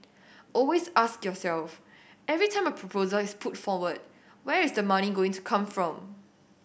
always ask yourself every time a proposal is put forward where is the money going to come from